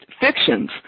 fictions